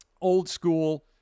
old-school